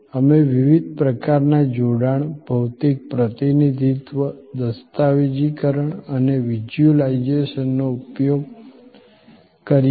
અમે વિવિધ પ્રકારના જોડાણ ભૌતિક પ્રતિનિધિત્વ દસ્તાવેજીકરણ અને વિઝ્યુલાઇઝેશનનો ઉપયોગ કરીએ છીએ